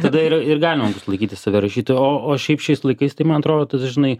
tada ir ir galima bus laikyti save rašytoju o o šiaip šiais laikais tai man atrodo tu žinai